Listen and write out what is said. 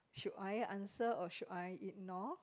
should I answer or should I ignore